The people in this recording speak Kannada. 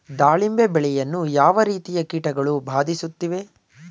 ದಾಳಿಂಬೆ ಬೆಳೆಯನ್ನು ಯಾವ ರೀತಿಯ ಕೀಟಗಳು ಬಾಧಿಸುತ್ತಿವೆ?